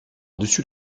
dessus